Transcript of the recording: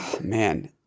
man